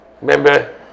Remember